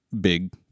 big